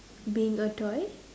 being a toy